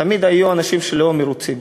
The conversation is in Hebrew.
תמיד יהיו אנשים לא מרוצים.